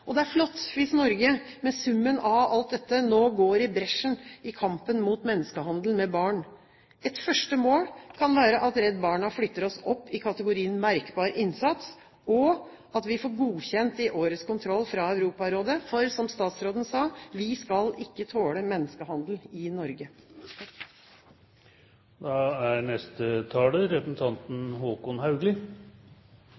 Det er flott hvis Norge med summen av alt dette nå går i bresjen i kampen mot menneskehandel med barn. Et første mål kan være at Redd Barna flytter oss opp i kategorien «merkbar innsats», og at vi får «godkjent» i årets kontroll fra Europarådet. For som statsråden sa: Vi skal ikke tåle menneskehandel i Norge.